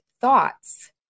thoughts